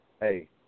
hey